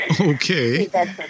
Okay